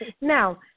Now